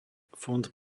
fond